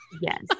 Yes